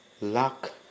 luck